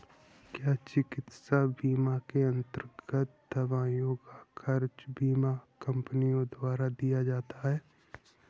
क्या चिकित्सा बीमा के अन्तर्गत दवाइयों का खर्च बीमा कंपनियों द्वारा दिया जाता है?